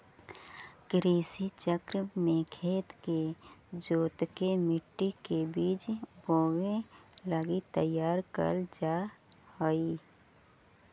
कृषि चक्र में खेत के जोतके मट्टी के बीज बोवे लगी तैयार कैल जा हइ